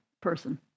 person